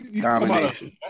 Domination